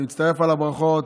אני מצטרף לברכות